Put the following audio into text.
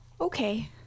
Okay